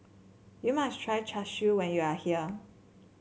you must try Char Siu when you are here